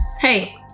hey